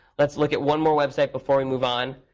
let's look at one more website before we move on.